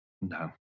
no